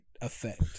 effect